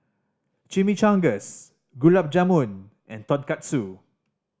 Chimichangas Gulab Jamun and Tonkatsu